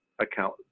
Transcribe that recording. account